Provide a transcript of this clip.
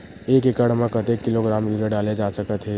एक एकड़ म कतेक किलोग्राम यूरिया डाले जा सकत हे?